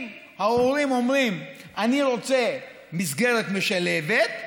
אם ההורים אומרים: אני רוצה מסגרת משלבת,